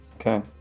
Okay